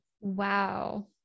Wow